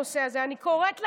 אין הוא פוסח על